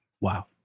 wow